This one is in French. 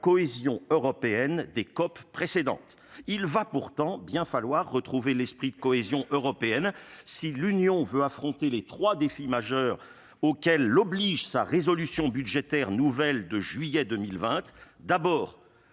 la cohésion européenne des COP précédentes ! Il va pourtant bien falloir retrouver un tel esprit de cohésion si l'Union veut affronter les trois défis majeurs que sa résolution budgétaire nouvelle de juillet 2020